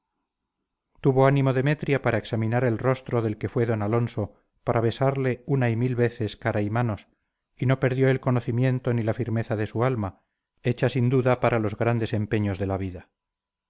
tuvo ánimo demetria para examinar el rostro del que fue d alonso para besarle una y mil veces cara y manos y no perdió el conocimiento ni la firmeza de su alma hecha sin duda para los grandes empeños de la vida